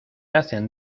hacen